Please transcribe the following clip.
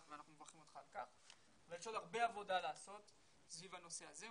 ואנחנו מברכים אותך על כך ויש עוד הרבה עבודה לעשות סביב הנושא הזה,